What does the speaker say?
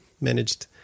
managed –